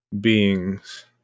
beings